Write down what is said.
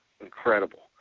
incredible